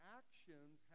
actions